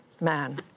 man